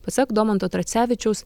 pasak domanto tracevičiaus